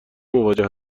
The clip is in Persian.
مواجه